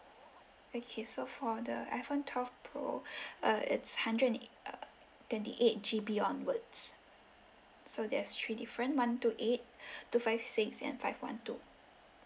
okay so for the iphone twelve pro uh it's hundred and uh twenty eight G_B onwards so there's three different one two eight two five six and five one two